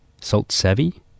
Salt-savvy